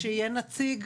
שיהיה נציג,